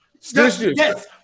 Yes